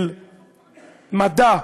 של מדע,